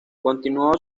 continuó